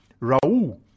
Raul